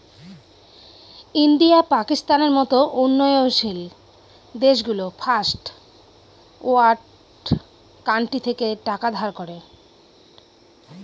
India, পাকিস্তানের মত উন্নয়নশীল দেশগুলো ফার্স্ট ওয়ার্ল্ড কান্ট্রি থেকে টাকা ধার করে